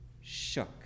shook